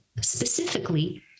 specifically